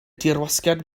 dirwasgiad